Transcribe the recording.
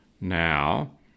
now